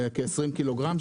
כ-20 קילוגרם,